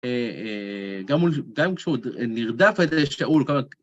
גם כשהוא נרדף את זה, שאול כמה...